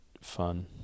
fun